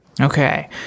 Okay